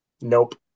Nope